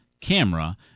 camera